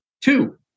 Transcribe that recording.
Two